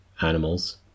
animals